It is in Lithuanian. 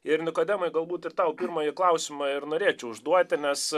ir nikodemai galbūt ir tau pirmąjį klausimą ir norėčiau užduoti nes